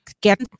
get